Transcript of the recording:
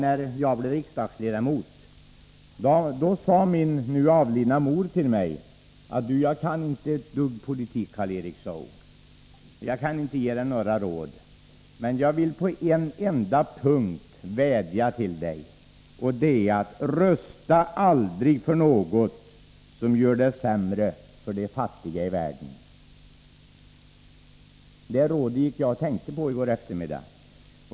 När jag blev riksdagsledamot sade min nu avlidna mor till mig: ”Jag kan inte ett enda dugg om politik, Karl Erik, så jag kan inte ge dig några råd. Men en sak vill jag varmt vädja till dig om. Rösta aldrig för något som gör det sämre för de fattiga i världen.” Det rådet gick jag och tänkte på i går eftermiddag.